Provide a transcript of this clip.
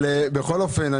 בכל אופן,